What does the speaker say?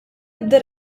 ebda